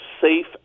safe